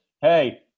Hey